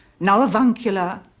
now avuncular.